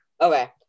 Okay